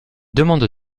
demande